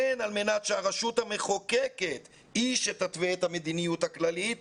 הן על מנת שהרשות המחוקקת היא שתתווה את המדיניות הכללית